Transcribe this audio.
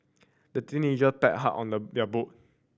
the teenager paddled hard on the